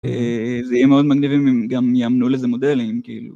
זה יהיה מאוד מגניב אם גם יאמנו לזה מודלים.